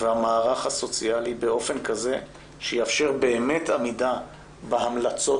והמערך הסוציאלי באופן כזה שיאפשר באמת עמידה בהמלצות